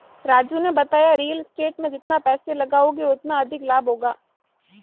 राजू ने बताया real estate में जितना पैसे लगाओगे उतना अधिक लाभ होगा